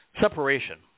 Separation